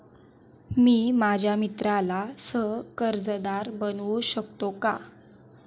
मी माझ्या मित्राला सह कर्जदार बनवू शकतो का?